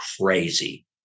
crazy